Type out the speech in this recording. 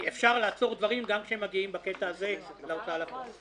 כי אפשר לעצור דברים גם כשהם מגיעים בקטע הזה להוצאה לפועל.